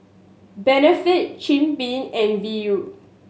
Benefit Jim Beam and Viu